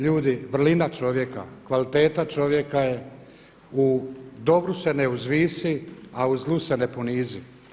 Ljudi vrlina čovjeka, kvaliteta čovjeka je u dobru se ne uzvisi, a u zlu se ne ponizi.